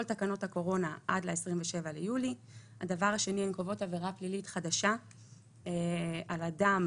תקנות הקורונה עד 27 ביולי; הן קובעות עבירה פלילית חדשה על אדם